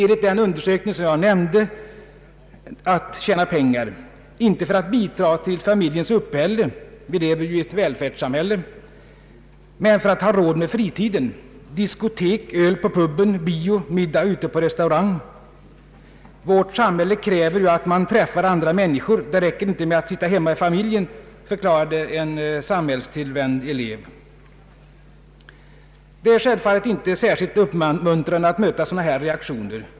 Enligt den undersökning som jag nämnde: att tjäna pengar, inte för att bidra till familjens uppehälle — vi lever ju i ett välfärdssamhälle — men för att ha råd med fritiden: diskotek, öl på puben, bio, middag ute på restaurang. ”Vårt samhälle kräver ju att man träffar andra människor. Det räcker inte med att sitta hemma i familjen”, förklarade en samhällstillvänd elev. Det är självfallet inte särskilt uppmuntrande att möta sådana här reaktioner.